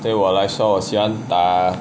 对我来说我喜欢打